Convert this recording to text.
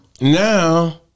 Now